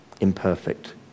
imperfect